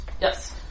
Yes